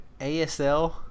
ASL